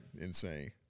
Insane